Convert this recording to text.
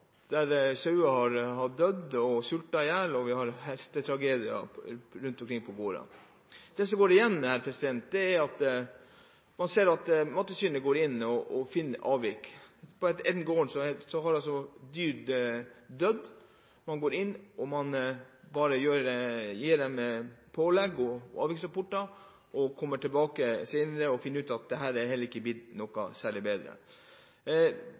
der sauer har sultet i hjel, og vi har hestetragedier rundt omkring på gårdene. Det som går igjen i disse sakene, er at man ser at Mattilsynet går inn og finner avvik. På en gård har altså dyr dødd: Mattilsynet går inn, gir dem bare pålegg og skriver avviksrapporter. Man kommer tilbake senere og finner ut at det ikke er blitt noe særlig bedre.